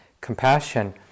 compassion